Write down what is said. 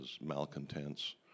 malcontents